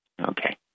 Okay